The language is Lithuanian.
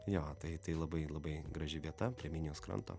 jo tai tai labai labai graži vieta prie minijos kranto